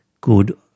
good